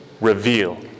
reveal